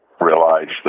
realized